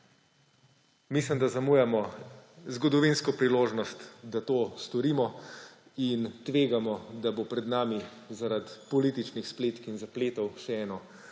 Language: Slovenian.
Mislim, da zamujamo zgodovinsko priložnost, da to storimo, in tvegamo, da bo pred nami zaradi političnih spletk in zapletov še eno